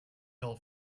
hill